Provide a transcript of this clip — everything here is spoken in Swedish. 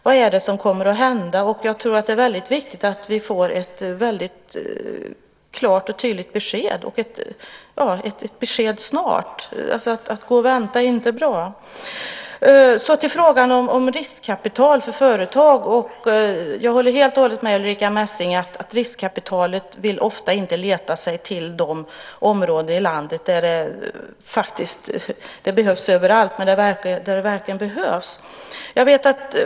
Vad är det som kommer att hända? Det är viktigt att vi får ett klart och tydligt besked snart. Att gå och vänta är inte bra. Så går jag över till frågan om riskkapital för företag. Jag håller helt och hållet med Ulrica Messing att riskkapitalet ofta inte vill leta sig till de områden i landet där det verkligen behövs.